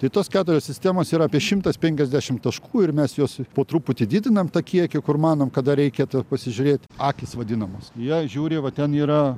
tai tos keturios sistemos yra apie šimtas penkiasdešim taškų ir mes juos po truputį didinam tą kiekį kur manom kad dar reikėtų pasižiūrėt akys vadinamos jei žiūri va ten yra